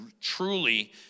truly